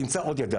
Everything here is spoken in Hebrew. תמצא עוד ילדה.